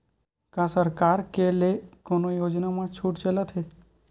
का सरकार के ले कोनो योजना म छुट चलत हे?